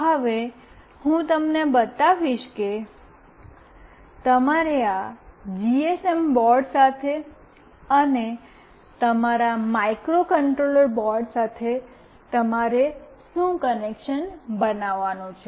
હવે હું તમને બતાવીશ કે તમારે આ જીએસએમ બોર્ડ સાથે અને તમારા માઇક્રોકન્ટ્રોલર બોર્ડ સાથે તમારે શું કનેક્શન બનાવવાનું છે